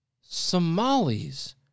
Somalis